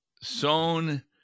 sown